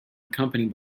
accompanied